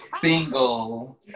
single